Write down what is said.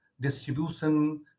distribution